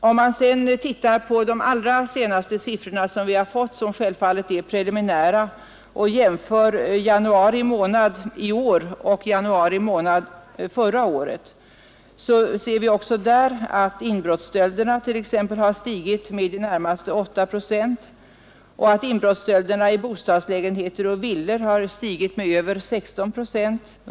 Om vi sedan ser på de allra senaste siffrorna, som givetvis ännu så länge är preliminära, och jämför januari månad i år med samma månad förra året, så finner vi att t.ex. inbrottsstölderna har stigit med i det närmaste 8 procent och inbrottsstölderna i bostadslägenheter och villor med över 16 procent.